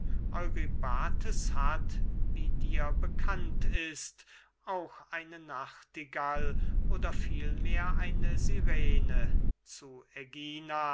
eurybates hat wie dir bekannt ist auch eine nachtigall oder vielmehr eine sirene zu ägina